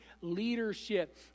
leadership